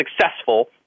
successful